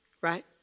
right